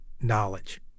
knowledge